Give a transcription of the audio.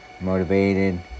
motivated